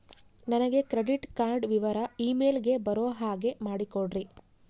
ನನಗೆ credit card ವಿವರ email ಗೆ ಬರೋ ಹಾಗೆ ಮಾಡಿಕೊಡ್ರಿ?